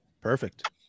Perfect